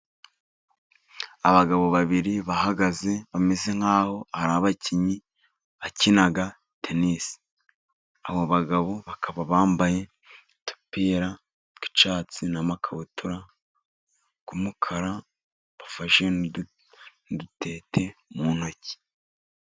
Abagabo babiri bahagaze bameze nkaho hari ari abakinnyi bakina tenisi, abo bagabo bakaba bambaye udupira tw'icyatsi, n'amakabutura y'umukara, bafashe udutete mu ntoki.